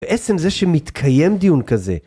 בעצם זה שמתקיים דיון כזה.